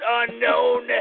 unknown